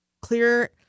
clear